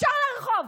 ישר לרחוב.